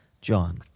John